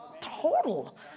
total